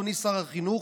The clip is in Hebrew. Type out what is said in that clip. אדוני שר החינוך,